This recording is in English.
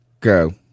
go